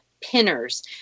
Pinners